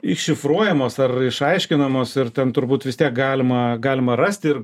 iššifruojamos ar išaiškinamos ir ten turbūt vis tiek galima galima rasti ir